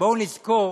בואו נזכור